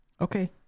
okay